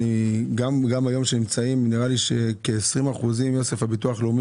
היום, בביטוח לאומי,